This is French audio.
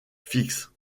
fixe